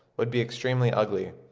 would be extremely ugly.